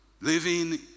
living